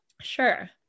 Sure